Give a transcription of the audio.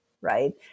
right